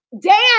Dan